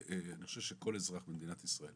שאני חושב שכל אזרח במדינת ישראל